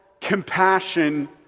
compassion